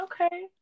okay